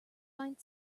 find